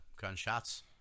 gunshots